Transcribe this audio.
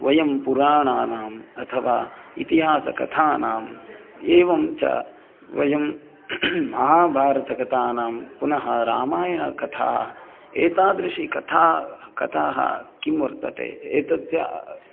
वयं पुराणानाम् अथवा इतिहास कथानाम् एवं च वयं महाभारतकथानां पुनः रामायणकथा एतादृशी कथा कथा किं वर्तते एतस्य